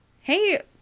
hey